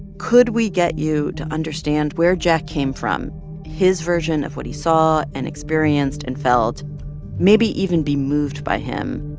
could we get you to understand where jack came from his version of what he saw and experienced and felt maybe even be moved by him?